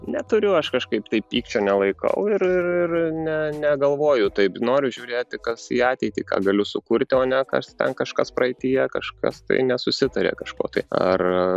neturiu aš kažkaip tai pykčio nelaikau ir ir ne negalvoju taip noriu žiūrėti kas į ateitį ką galiu sukurti o ne kas ten kažkas praeityje kažkas tai nesusitarė kažko tai ar